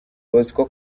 bosco